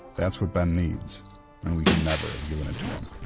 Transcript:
that's what ben needs, and we could never have given it to him.